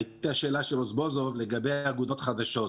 היתה שאלה של רזבוזוב לגבי אגודות חדשות.